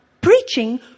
preaching